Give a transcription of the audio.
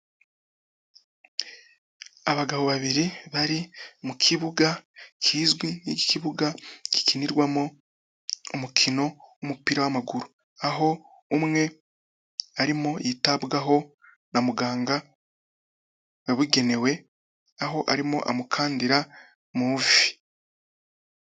Abagabo babiri bari mu kibuga kizwi nk'ikibuga gikinirwamo umukino w'umupira w'amaguru. Aho umwe arimo yitabwaho na muganga wabugenewe, aho arimo amukandira mu ivi.